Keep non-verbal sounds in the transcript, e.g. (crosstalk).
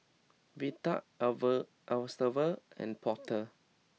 Velda (unintelligible) Estevan and Porter